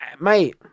Mate